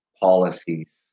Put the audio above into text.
policies